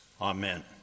amen